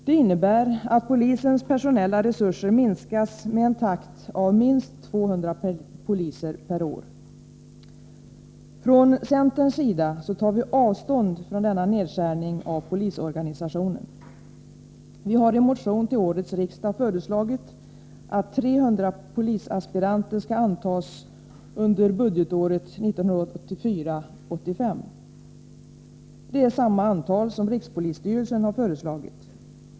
Det innebär, att polisens personella resurser minskas med en takt av minst 200 poliser per år. Från centerns sida tar vi avstånd från denna nedskärning av polisorganisationen. Vi hari motion till årets riksmöte föreslagit att 300 polisaspiranter skall antas under budgetåret 1984/85. Det är samma antal som rikspolisstyrelsen har föreslagit.